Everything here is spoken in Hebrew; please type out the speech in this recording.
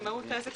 מהות העסק,